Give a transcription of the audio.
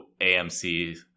AMC